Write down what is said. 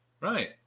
Right